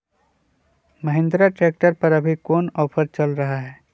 Mahindra tractor पर अभी कोन ऑफर चल रहा है?